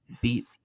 beat